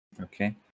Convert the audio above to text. Okay